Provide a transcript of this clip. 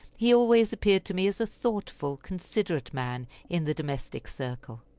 he always appeared to me as a thoughtful, considerate man in the domestic circle.